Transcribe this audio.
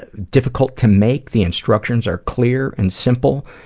ah difficult to make. the instructions are clear and simple,